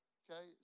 okay